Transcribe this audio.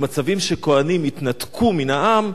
במצבים שכוהנים התנתקו מן העם,